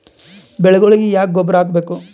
ಬೆಳಿಗೊಳಿಗಿ ಯಾಕ ಗೊಬ್ಬರ ಹಾಕಬೇಕು?